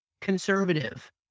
conservative